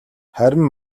харин